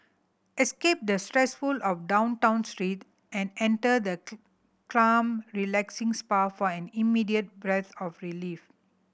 escape the stressful of down town street and enter the calm relaxing spa for an immediate breath of relief